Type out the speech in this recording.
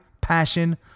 passion